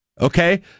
Okay